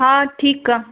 हा ठीकु आहे